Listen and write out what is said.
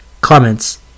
Comments